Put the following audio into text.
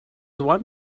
one